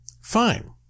fine